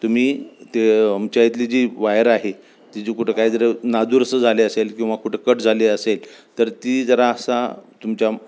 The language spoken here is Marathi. तुम्ही ते आमच्या इथली जी वायर आहे ती जी कुठं काय जर नादुरुस्त झाली असेल किंवा कुठं कट झाली असेल तर ती जरा असा तुमच्या